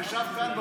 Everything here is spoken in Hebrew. שישב כאן,